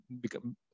become